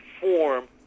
form